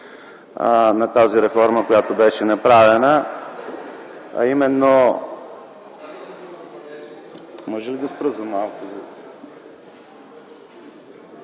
на тази реформа, която беше направена, а именно